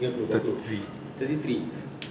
tiga puluh tiga puluh thirty three